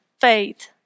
faith